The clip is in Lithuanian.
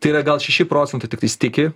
tai yra gal šeši procentai tiktais tiki